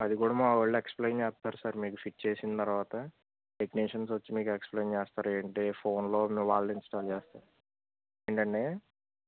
అది కూడా మా వాళ్ళు ఎక్స్ప్లెయిన్ చేస్తారు సార్ మీకు ఫిట్ చేసిన తరువాత టెక్నీషియన్స్ వచ్చి మీకు ఎక్స్ప్లెయిన్ చేస్తారు ఏంటి ఫోన్లో మీ వాళ్ళు ఇన్స్టాల్ చేస్తారు ఏంటండి